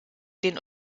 den